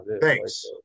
Thanks